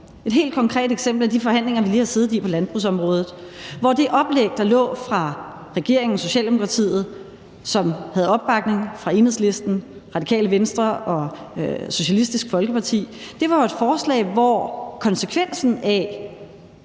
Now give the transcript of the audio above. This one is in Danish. Et helt konkret eksempel er de forhandlinger, vi lige har siddet i på landbrugsområdet, hvor det oplæg, der lå fra regeringen, dvs. Socialdemokratiet, som havde opbakning fra Enhedslisten, Radikale Venstre og Socialistisk Folkeparti, jo var et forslag, hvor konsekvensen af,